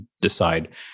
decide